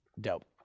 Dope